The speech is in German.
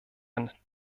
herrn